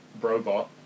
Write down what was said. robot